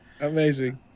amazing